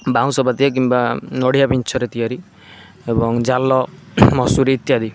ବାଉଁଶପାତିଆ କିମ୍ବା ନଡ଼ିଆ ବିଞ୍ଛରେ ତିଆରି ଏବଂ ଜାଲ ମଶୁରି ଇତ୍ୟାଦି